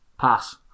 Pass